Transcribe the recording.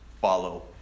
Follow